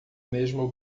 mesmo